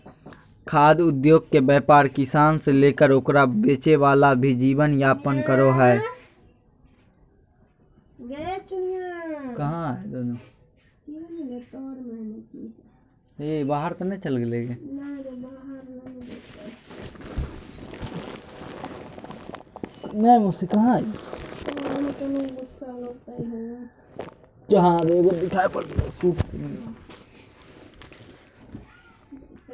खाद्य उद्योगके व्यापार किसान से लेकर ओकरा बेचे वाला भी जीवन यापन करो हइ